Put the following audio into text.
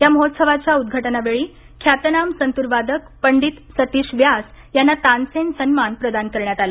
या महोत्सवाच्या उद्घाटनावेळी ख्यातनाम संतूर वादक पंडित सतीश व्यास यांना तानसेन सन्मान प्रदान करण्यात आला